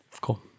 cool